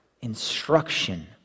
instruction